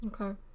Okay